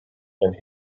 and